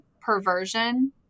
perversion